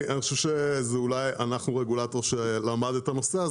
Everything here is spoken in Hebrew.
אנחנו רגולטור שלמד את הנושא,